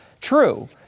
true